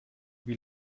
wie